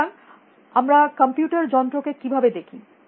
সুতরাং আমরা কম্পিউটার যন্ত্র কে কিভাবে দেখি